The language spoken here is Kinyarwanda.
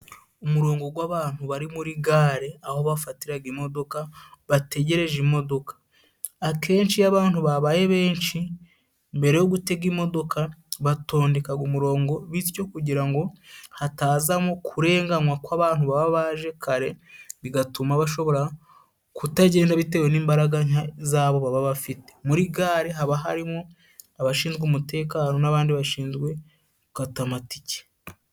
Umurongo gw’abantu bari muri gare aho bafatiraga imodoka, bategereje imodoka. Akenshi iyo abantu babaye benshi, mbere yo gutega imodoka batondekaga umurongo, bisyo kugira ngo hatazamo kurenganwa kw’abantu baba baje kare, bigatuma bashobora kutagenda bitewe n’imbaraga nke zabo, baba bafite. Muri gare, haba harimo abashinzwe umutekano n’abandi bashinzwe gukata amatike.